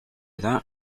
that